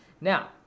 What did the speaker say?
Now